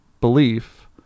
belief